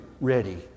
ready